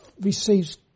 receives